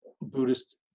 Buddhist